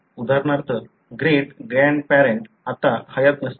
उदाहरणार्थ great grand parent आता हयात नसतील